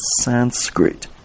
Sanskrit